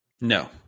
No